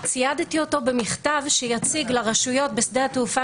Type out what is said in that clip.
ציידתי אותו במכתב שיציג לרשויות בשדה התעופה